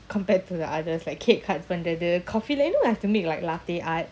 compared to the others like cake cut பண்றது:panrathu coffee like you know you have to make like latte art